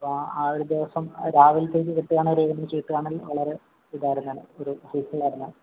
ആ ആ ഒരു ദിവസം രാവിലെത്തേക്ക് കിട്ടുകയാണെങ്കിൽ ഒരുമിച്ചു കിട്ടുകയാണെങ്കിൽ വളരെ ഒരു ഇതായിരുന്നേനെ ഒരു ഹെൽപ്ഫുൾ ആയിരുന്നേനെ